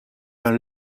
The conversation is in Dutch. een